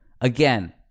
again